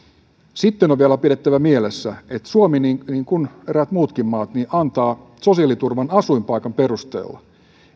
sitten on on vielä pidettävä mielessä että suomi niin niin kuin eräät muutkin maat antaa sosiaaliturvan asuinpaikan perusteella